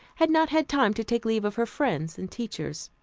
had not had time to take leave of her friends and teachers.